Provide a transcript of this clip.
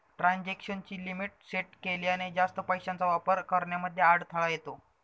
transaction ची limit set केल्याने, जास्त पैशांचा वापर करण्यामध्ये अडथळा येतो